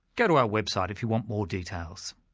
go to our website if you want more details.